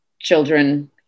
children